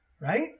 right